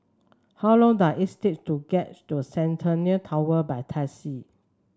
how long does it take to get to Centennial Tower by taxi